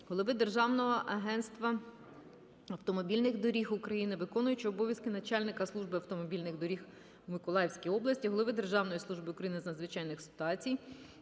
голови Державного агентства автомобільних доріг України, виконуючого обов'язки начальника Служби автомобільних доріг у Миколаївській області, голови Державної служби України з надзвичайних ситуацій,